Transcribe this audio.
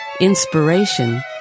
inspiration